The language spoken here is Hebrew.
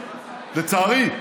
לצערי,